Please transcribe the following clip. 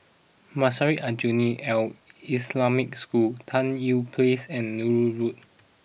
Madrasah Aljunied Al Islamic School Tan Tye Place and Nallur Road